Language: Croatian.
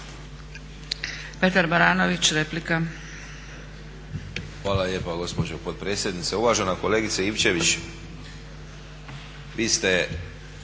Petar (Reformisti)** Hvala lijepa gospođo potpredsjednice. Uvažena kolegice Ivčević, vi ste